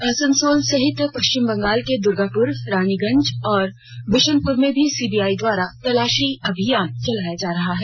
आसनसोल सहित पश्चिम बंगाल के दुर्गापुर रानीगंज और बिशुनपुर में भी सीबीआई द्वारा तलाशी अभियान चलाया जा रहा है